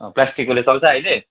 प्लास्टिककोले चल्छ अहिले